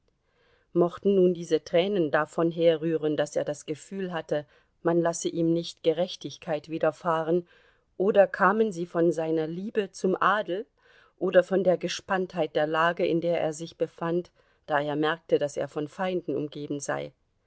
mochten nun diese tränen davon herrühren daß er das gefühl hatte man lasse ihm nicht gerechtigkeit widerfahren oder kamen sie von seiner liebe zum adel oder von der gespanntheit der lage in der er sich befand da er merkte daß er von feinden umgeben sei